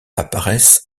apparaissent